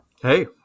Hey